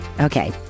Okay